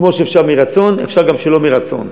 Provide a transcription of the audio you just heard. כמו שאפשר מרצון אפשר גם שלא מרצון.